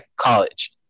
college